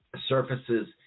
surfaces